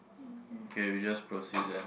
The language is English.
K we just proceed then